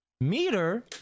meter